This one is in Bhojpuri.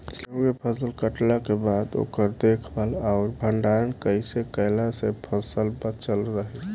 गेंहू के फसल कटला के बाद ओकर देखभाल आउर भंडारण कइसे कैला से फसल बाचल रही?